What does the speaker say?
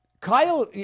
kyle